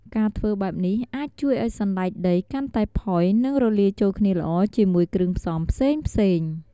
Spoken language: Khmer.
ការធ្វើបែបនេះអាចជួយឱ្យសណ្ដែកដីកាន់តែផុយ និងរលាយចូលគ្នាល្អជាមួយគ្រឿងផ្សំផ្សេងៗ។